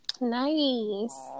Nice